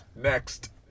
Next